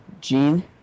Gene